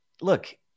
look